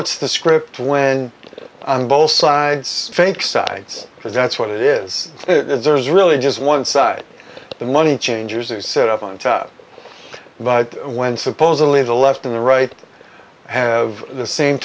it's the script when on both sides fake sides because that's what it is there's really just one side the money changers are set up on top but when supposedly the left and the right have the same